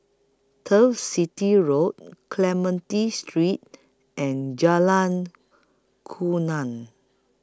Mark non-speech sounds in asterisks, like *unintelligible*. Turf City Road Clementi Street and Jalan *unintelligible*